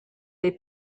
est